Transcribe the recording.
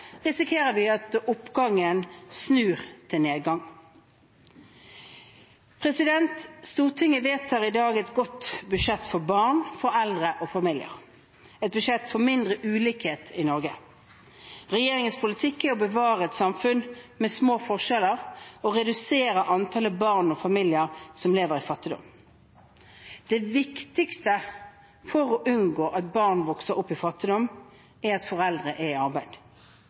risikerer vi at oppgangen snur til nedgang. Stortinget vedtar i dag et godt budsjett for barn, for eldre og for familier – et budsjett for mindre ulikhet i Norge. Regjeringens politikk er å bevare et samfunn med små forskjeller og å redusere antallet barn og familier som lever i fattigdom. Det viktigste for å unngå at barn vokser opp i fattigdom, er at foreldre er i arbeid.